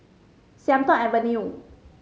Sian Tuan Avenue